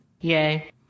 Yay